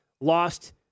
Lost